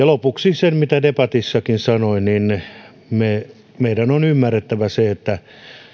lopuksi se mitä debatissakin sanoin meidän on ymmärrettävä se että